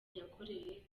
yakoreye